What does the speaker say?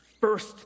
first